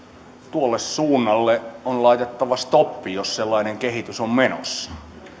tuolle suunnalle on laitettava stoppi jos sellainen kehitys on menossa